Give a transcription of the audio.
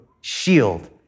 shield